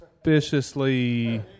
Suspiciously